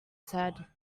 said